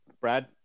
Brad